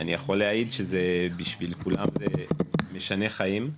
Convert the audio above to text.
יכול להעיד שבשביל כולם זה משנה חיים,